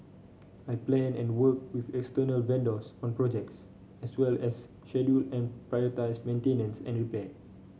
I plan and work with external vendors on projects as well as schedule and prioritise maintenance and repair